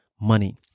money